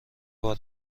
بار